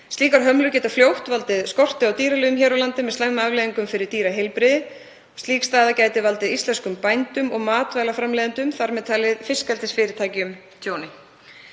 Slíkar hömlur geta fljótt valdið skorti á dýralyfjum hér á landi með slæmum afleiðingum fyrir dýraheilbrigði. Slík staða gæti valdið íslenskum bændum og matvælaframleiðendum, þar með talið fiskeldisfyrirtækjum,